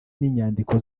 n’inyandiko